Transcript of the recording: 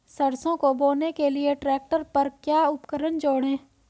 सरसों को बोने के लिये ट्रैक्टर पर क्या उपकरण जोड़ें?